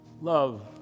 love